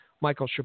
Michael